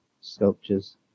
Sculptures